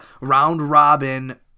round-robin